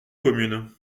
communes